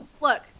look